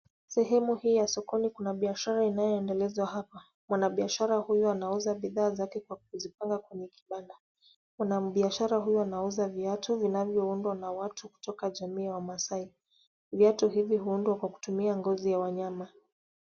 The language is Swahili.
Sehemu hii ya sokoni kuna biashara inayoendelezwa hapa. Mwanabiashara huyu anauza bidhaa zake kwa kuzipanga kwenye kibanda. Mwanabiashara huyu anauza viatu vinavyoundwa na watu kutoka jamii ya wamasai. Viatu hivi huundwa kwa kutumia ngozi ya wanyama.